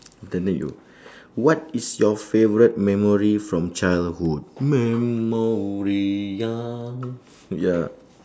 after that you what is your favourite memory from childhood memory ya ya